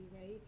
right